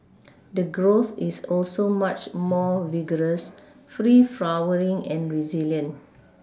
the growth is also much more vigorous free flowering and resilient